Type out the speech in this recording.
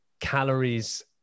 calories